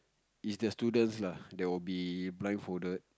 is the students lah they will be blindfolded